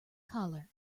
collar